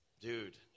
dude